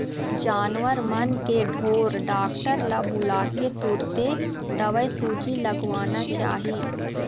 जानवर मन के ढोर डॉक्टर ल बुलाके तुरते दवईसूजी लगवाना चाही